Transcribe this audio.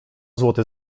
złoty